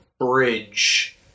bridge